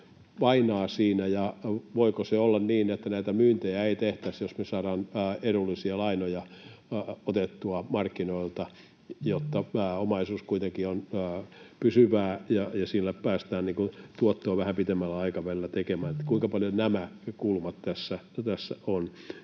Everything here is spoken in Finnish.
painaa siinä arviossa. Voiko se olla niin, että näitä myyntejä ei tehtäisi, jos me saadaan edullisia lainoja otettua markkinoilta, jotta omaisuus kuitenkin on pysyvää ja sillä päästään tuottoa vähän pitemmällä aikavälillä tekemään? Kuinka paljon näitä kulmia tässä on?